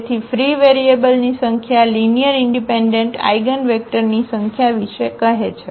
તેથી ફ્રી વેરિયેબલની સંખ્યા લીનીઅરઇનડિપેન્ડન્ટ આઇગનવેક્ટરની સંખ્યા વિશે કહે છે